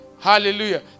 Hallelujah